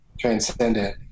transcendent